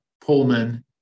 pullman